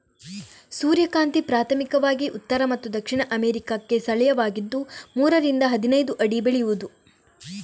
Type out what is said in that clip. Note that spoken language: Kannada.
ಸೂರ್ಯಕಾಂತಿ ಪ್ರಾಥಮಿಕವಾಗಿ ಉತ್ತರ ಮತ್ತು ದಕ್ಷಿಣ ಅಮೇರಿಕಾಕ್ಕೆ ಸ್ಥಳೀಯವಾಗಿದ್ದು ಮೂರರಿಂದ ಹದಿನೈದು ಅಡಿ ಬೆಳೆಯುವುದು